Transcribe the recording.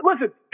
Listen